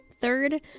Third